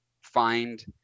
find